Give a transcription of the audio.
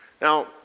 Now